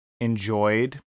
enjoyed